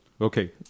Okay